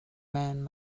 man